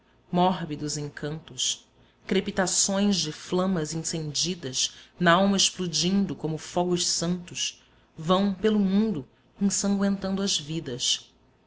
mórbidos encantos crepitações de flamas incendidas nalma explodindo como fogos santos vão pelo mundo ensangüentando as vidas